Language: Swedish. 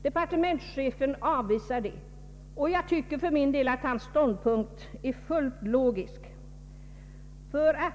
Departementschefen avvisar detta. Jag tycker för min del att hans ståndpunkt är fullt logisk.